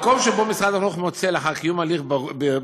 מקום שבו משרד החינוך מוצא, לאחר קיום הליך ברור